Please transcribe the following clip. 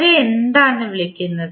അവരെ എന്താണ് വിളിക്കുന്നത്